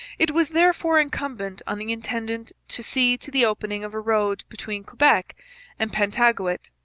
it was therefore incumbent on the intendant to see to the opening of a road between quebec and pentagouet.